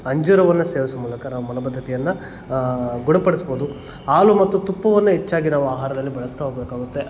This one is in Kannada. ಅಂಜೂರವನ್ನು ಸೇವಿಸುವ ಮೂಲಕ ನಾವು ಮಲಬದ್ಧತೆಯನ್ನು ಗುಣಪಡಿಸ್ಬೋದು ಹಾಲು ಮತ್ತು ತುಪ್ಪವನ್ನು ಹೆಚ್ಚಾಗಿ ನಾವು ಆಹಾರದಲ್ಲಿ ಬಳಸ್ತಾ ಹೋಗಬೇಕಾಗುತ್ತೆ